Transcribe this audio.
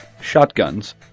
shotguns